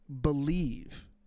believe